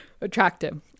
attractive